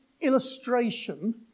illustration